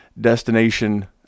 destination